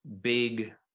big